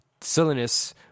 silliness